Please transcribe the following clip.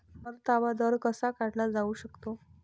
परतावा दर कसा काढला जाऊ शकतो?